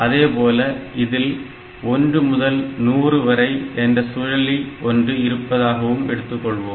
அதேபோல இதில் 1 முதல் 100 வரை for i1 to 100 என்ற சுழலி ஒன்று இருப்பதாகவும் எடுத்துக்கொள்வோம்